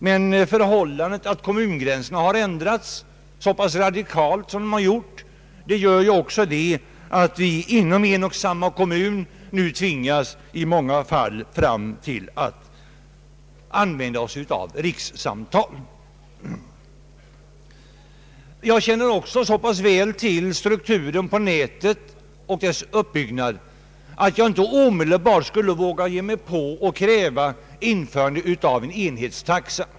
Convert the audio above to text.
Men det förhål landet att kommungränserna ändrats så radikalt gör ju också att man inom en kommun i många fall tvingas använda rikssamtal. Jag känner även så pass väl till nätets struktur att jag inte omedelbart skulle ge mig på att kräva införande av enhetstaxa.